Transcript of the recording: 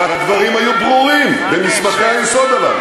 עכשיו, אם הדברים הללו היו ברורים כל כך מלכתחילה,